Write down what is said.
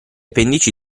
pendici